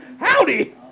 Howdy